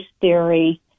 theory